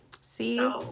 See